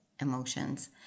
emotions